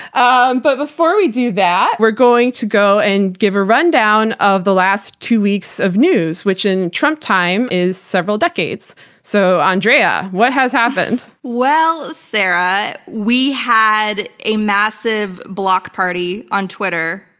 um but before we do that, we're going to go and give a rundown of the last two weeks of news, which in trump time is several decades so andrea, what has happened? well, sarah, we had a massive block party on twitter,